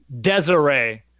Desiree